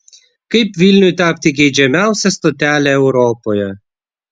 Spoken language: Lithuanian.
kaip vilniui tapti geidžiamiausia stotele europoje